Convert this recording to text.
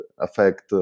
affect